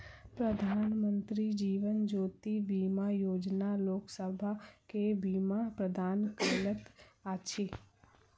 प्रधानमंत्री जीवन ज्योति बीमा योजना लोकसभ के बीमा प्रदान करैत अछि